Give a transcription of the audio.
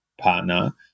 partner